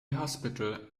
hospital